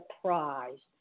surprised